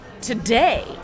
today